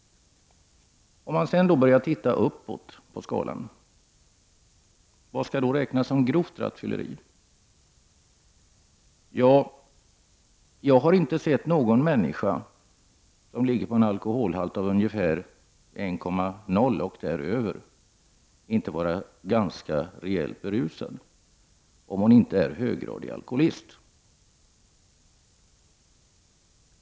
Men vad skall räknas som grovt rattfylleri? Jag har inte sett någon människa med alkohol i kroppen som motsvarar ungefär 1,0 960 och därutöver som inte är rejält berusad, om han eller hon inte är höggradig alkoholist.